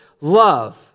love